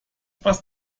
was